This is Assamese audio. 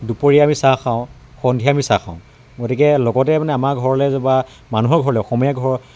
দুপৰীয়া আমি চাহ খাওঁ সন্ধিয়া আমি চাহ খাওঁ গতিকে লগতে মানে আমাৰ ঘৰলে বা মানুহৰ ঘৰলে অসমীয়া ঘৰ